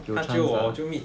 有 jio 我就 meet